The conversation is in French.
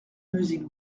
musique